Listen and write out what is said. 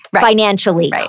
financially